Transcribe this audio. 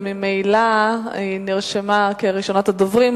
ממילא היא נרשמה כראשונת הדוברים,